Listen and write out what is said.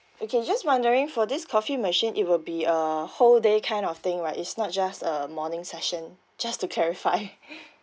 okay just wondering for this coffee machine it will be a whole day kind of thing right is not just uh morning session just to clarify